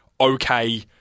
okay